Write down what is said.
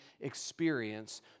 experience